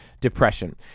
depression